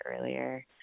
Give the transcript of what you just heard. earlier